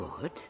Good